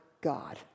God